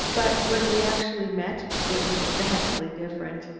but when we actually met, it was vastly different.